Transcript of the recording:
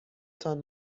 تان